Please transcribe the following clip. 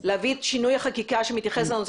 להביא את שינוי החקיקה שמתייחס לנושא